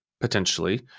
Potentially